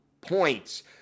points